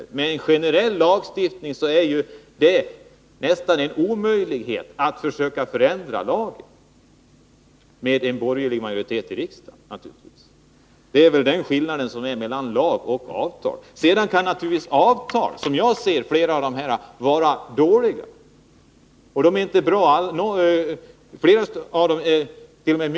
Men när det är fråga om en generell lagstiftning är det ju nästan omöjligt att förändra lagen — med en borgerlig majoritet i riksdagen naturligtvis. Detta är skillnaden mellan lag och avtal. Sedan kan givetvis, som jag ser det, flera av de här avtalen vara dåliga. Flera av demärt.o.m.